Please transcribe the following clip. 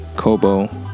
Kobo